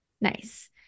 Nice